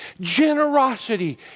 generosity